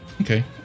Okay